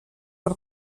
per